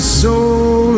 soul